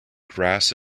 grass